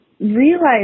realize